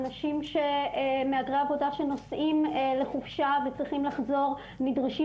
מהגרי עבודה שנוסעים לחופשה וצריכים לחזור נדרשים